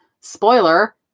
Spoiler